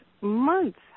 months